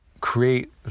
create